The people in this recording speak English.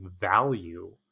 value